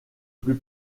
plus